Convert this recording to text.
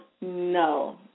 No